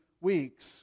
weeks